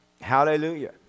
Hallelujah